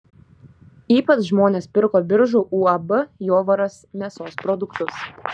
ypač žmonės pirko biržų uab jovaras mėsos produktus